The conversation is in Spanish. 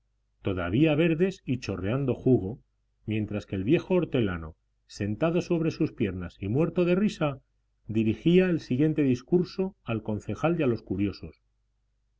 todavía verdes y chorreando jugo mientras que el viejo hortelano sentado sobre sus piernas y muerto de risa dirigía el siguiente discurso al concejal y a los curiosos